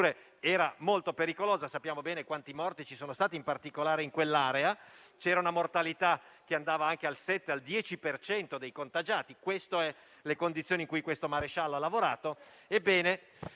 era molto pericolosa e sappiamo bene quanti morti ci sono stati in particolare in quell'area, con una mortalità che arrivava anche al 7-10 per cento dei contagiati. Queste sono le condizioni in cui questo maresciallo ha lavorato.